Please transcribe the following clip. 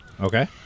Okay